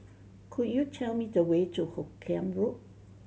could you tell me the way to Hoot Kiam Road